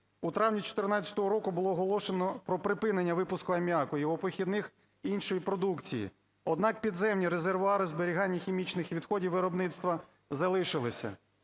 У травні 2014 року було оголошено про припинення випуску аміаку, його похідних, іншої продукції. Однак підземні резервуари зберігання хімічних відходів виробництва залишилися.